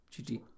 GG